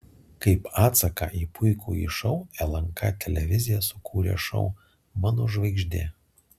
kaip atsaką į puikųjį šou lnk televizija sukūrė šou mano žvaigždė